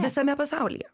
visame pasaulyje